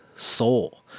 soul